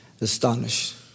astonished